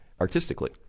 artistically